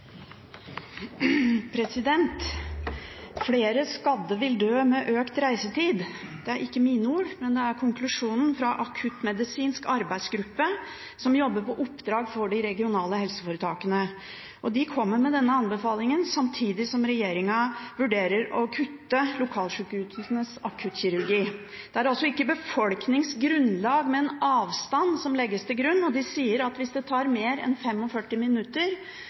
akuttmedisinsk arbeidsgruppe som jobber på oppdrag for de regionale helseforetakene. De kommer med denne anbefalingen samtidig som regjeringen vurderer å kutte lokalsjukehusenes akuttkirurgi. Det er altså ikke befolkningsgrunnlag, men avstand som legges til grunn, og de sier at hvis det tar mer enn 45 minutter